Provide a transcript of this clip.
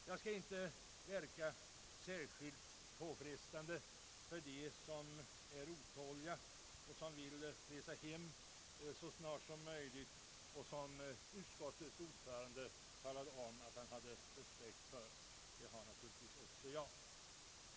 Jag skall inte särskilt fresta tålamodet hos dem som vill resa hem så snart som möjligt och som utskottets ordförande sade sig ha respekt för — det har naturligtvis också jag.